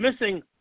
missing